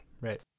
right